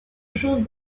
choses